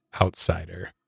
outsider